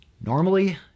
Normally